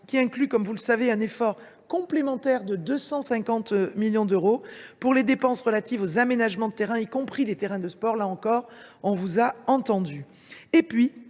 incluant, vous le savez, un effort complémentaire de 250 millions d’euros pour les dépenses relatives aux aménagements de terrains, y compris les terrains de sport ; là encore, nous vous avons entendus.